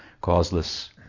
causeless